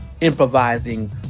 improvising